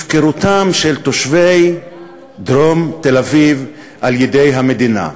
הפקרתם של תושבי דרום תל-אביב על-ידי המדינה,